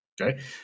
Okay